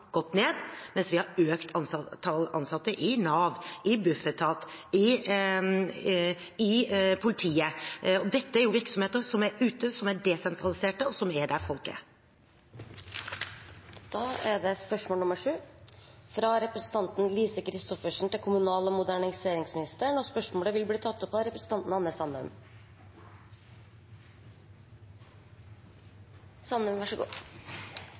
gått ned, mens vi har økt antall ansatte i Nav, i bufetat, i politiet. Dette er virksomheter som er ute, som er desentraliserte, og som er der folk er. Dette spørsmålet, fra representanten Lise Christoffersen til kommunal- og moderniseringsministeren, vil bli tatt opp av representanten Anne